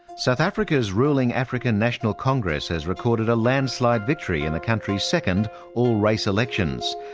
south africa's ruling african national congress has recorded a landslide victory in the country's second all-race elections.